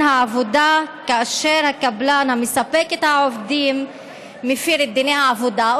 העבודה כאשר הקבלן המספק את העובדים מפר את דיני העבודה.